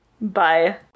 Bye